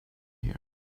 here